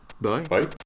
bye